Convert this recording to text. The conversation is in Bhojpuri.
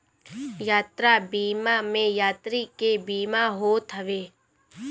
यात्रा बीमा में यात्री के बीमा होत हवे